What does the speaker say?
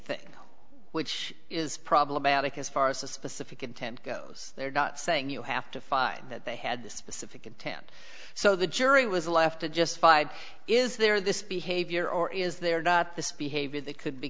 thing which is problematic as far as the specific intent goes they're not saying you have to find that they had the specific intent so the jury was left to just five is there this behavior or is there not this behavior that could be